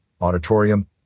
auditorium